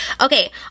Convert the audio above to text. Okay